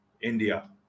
India